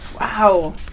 Wow